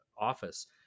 office